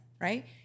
Right